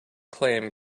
claim